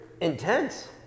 intense